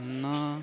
ନ